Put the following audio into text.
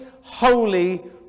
holy